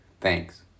Thanks